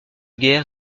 guerre